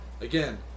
again